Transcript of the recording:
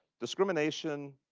discrimination,